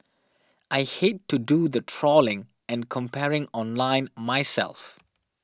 I hate to do the trawling and comparing online myself